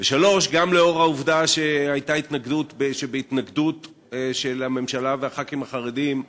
3. גם לאור העובדה שבהתנגדות של הממשלה וחברי הכנסת החרדים,